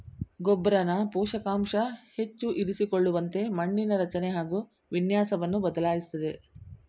ಗೊಬ್ಬರನ ಪೋಷಕಾಂಶ ಹೆಚ್ಚು ಇರಿಸಿಕೊಳ್ಳುವಂತೆ ಮಣ್ಣಿನ ರಚನೆ ಹಾಗು ವಿನ್ಯಾಸವನ್ನು ಬದಲಾಯಿಸ್ತದೆ